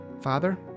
Father